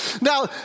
Now